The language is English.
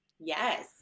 Yes